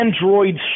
Android